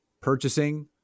purchasing